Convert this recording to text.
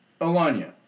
alanya